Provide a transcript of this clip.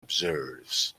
observes